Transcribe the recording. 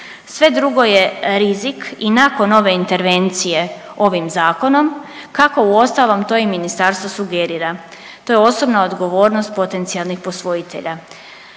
sve drugo je rizik i nakon ove intervencije ovim zakonom kako uostalom to i ministarstvo sugerira, to je osobna odgovornost potencijalnih posvojitelja.